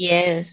Yes